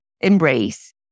embrace